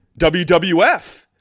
WWF